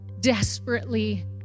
desperately